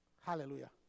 Hallelujah